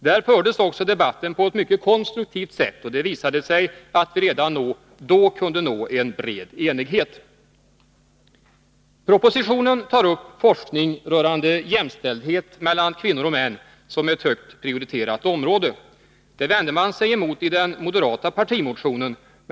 Där fördes debatten på ett mycket konstruktivt sätt, och det visade sig att vi redan då kunde nå en betydande enighet. Propositionen tar upp forskning rörande jämställdhet mellan kvinnor och män som ett högt prioriterat område. Det vänder man sig mot i den moderata partimotionen.